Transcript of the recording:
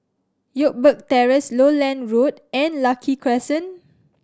Youngberg Terrace Lowland Road and Lucky Crescent